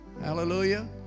Hallelujah